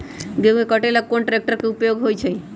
गेंहू के कटे ला कोंन ट्रेक्टर के उपयोग होइ छई?